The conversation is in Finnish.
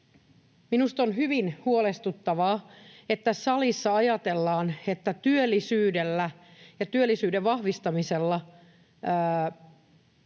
Minusta on hyvin huolestuttavaa, että tässä salissa ajatellaan, että työllisyydellä ja työllisyyden vahvistamisella